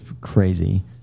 crazy